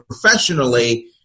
professionally